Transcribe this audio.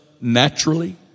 naturally